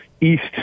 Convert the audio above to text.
East